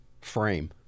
frame